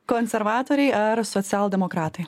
konservatoriai ar socialdemokratai